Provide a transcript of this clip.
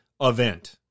event